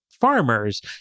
farmers